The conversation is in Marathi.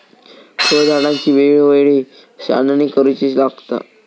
फळझाडांची वेळोवेळी छाटणी करुची लागता